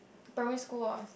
primary school